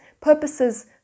purposes